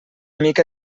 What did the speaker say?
mica